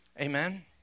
Amen